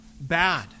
bad